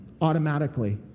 automatically